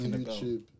YouTube